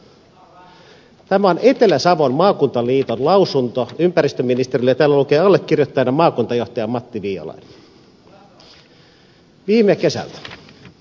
tämä on etelä savon maakuntaliiton lausunto ympäristöministeriölle ja täällä lukee allekirjoittajana maakuntajohtaja matti viialainen viime kesältä